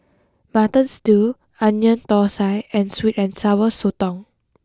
mutton stew onion Thosai and sweet and sour Sotong